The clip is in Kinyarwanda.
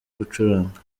gucuranga